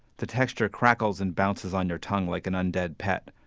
the texture crackles and bounces on your tongue like an undead pet,